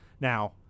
Now